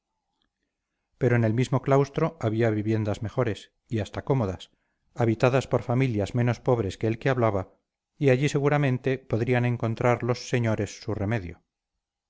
pero en el mismo claustro había viviendas mejores y hasta cómodas habitadas por familias menos pobres que el que hablaba y allí seguramente podrían encontrar los señores su remedio